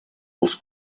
els